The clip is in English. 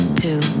two